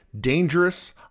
Dangerous